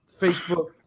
Facebook